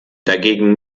dagegen